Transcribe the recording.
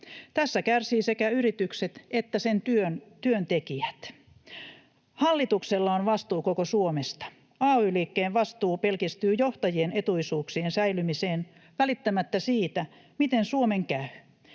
Tässä kärsivät sekä yritykset että sen työntekijät. Hallituksella on vastuu koko Suomesta. Ay-liikkeen vastuu pelkistyy johtajien etuisuuksien säilymiseen välittämättä siitä, miten Suomen käy.